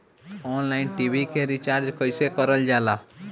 Online TV के recharge कईसे करल जाला?